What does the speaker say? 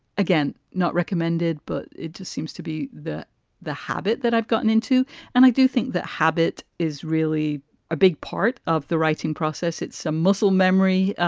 again, not recommended, but it just seems to be that the habit that i've gotten into and i do think that habit is really a big part of the writing process. it's a muscle memory.